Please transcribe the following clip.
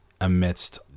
amidst